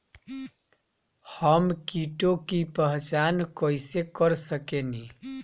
हम कीटों की पहचान कईसे कर सकेनी?